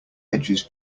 edges